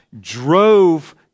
drove